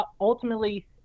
ultimately